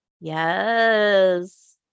yes